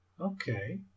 Okay